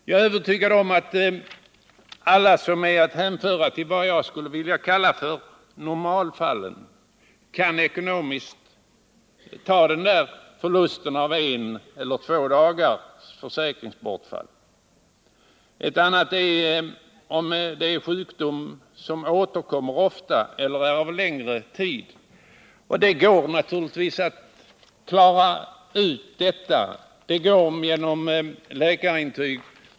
Jag är övertygad om att alla de som är att hänföra till vad jag skulle vilja kalla normalfallen kan bära förlusten av en eller två dagars försäkringsbortfall. Det är en annan sak om det är fråga om en sjukdom som återkommer ofta eller som varar längre tid. Men det går naturligtvis att lösa även detta, exempelvis genom läkarintyg.